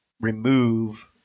remove